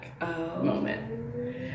moment